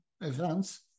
events